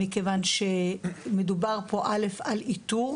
מכיוון שמדובר פה, א', על איתור.